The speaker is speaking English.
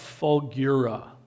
fulgura